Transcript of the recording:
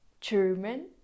German